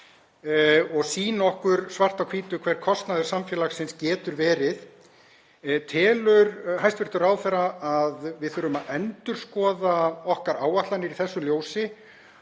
og sýnt okkur svart á hvítu hver kostnaður samfélagsins getur verið. Telur hæstv. ráðherra að við þurfum að endurskoða okkar áætlanir í þessu ljósi